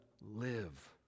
live